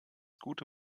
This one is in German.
gute